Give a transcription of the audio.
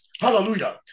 hallelujah